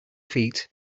feet